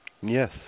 Yes